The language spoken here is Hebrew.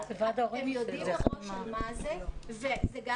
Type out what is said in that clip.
‏הם יודעים מראש על מה זה וזה גם